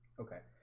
okay.